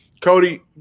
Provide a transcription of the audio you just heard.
Cody